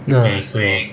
that is 我